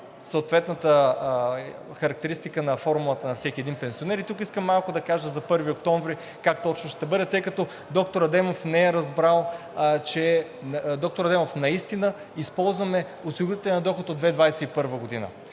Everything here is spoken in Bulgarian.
съответната характеристика на формулата на всеки един пенсионер. И тук искам да кажа за 1 октомври как точно ще бъде, тъй като доктор Адемов не е разбрал. Доктор Адемов, наистина използваме осигурителния доход от 2021 г.